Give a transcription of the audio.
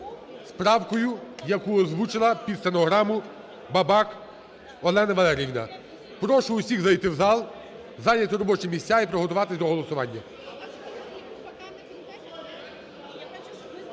правкою, яку озвучила під стенограму Бабак Олена Валеріївна. Прошу всіх зайти в зал, зайняти робочі місця і приготуватись до голосування.